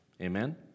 Amen